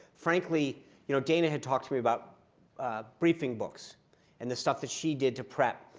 frankly you know dana had talked to me about briefing books and the stuff that she did to prep.